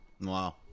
Wow